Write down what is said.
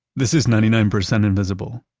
this is ninety nine percent invisible.